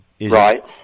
right